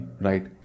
right